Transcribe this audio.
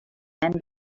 end